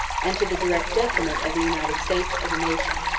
and to the direct detriment of the united states as a nation.